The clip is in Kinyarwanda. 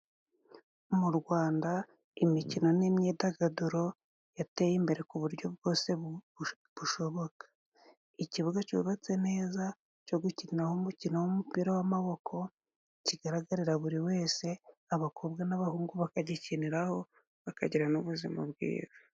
Mu rwanda imikino n'imyidagaduro yateye imbere ku buryo bwose bushoboka. Ikibuga cyubatse neza cyo gukinaho umukino w'umupira w'amaboko kigaragarira buri wese abakobwa n'abahungu bakagikiniraho bakagirana ubuzima bwiza.